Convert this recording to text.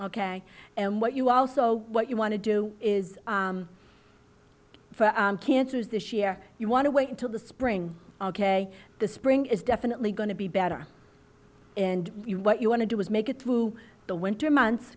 ok and what you also what you want to do is for cancers this year you want to wait until the spring ok the spring is definitely going to be better and what you want to do is make it through the winter months